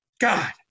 God